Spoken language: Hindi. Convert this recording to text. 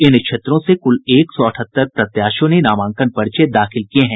इन क्षेत्रों से कूल एक सौ अठहत्तर प्रत्याशियों ने नामांकन पर्चे दाखिल किये हैं